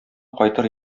кайтыр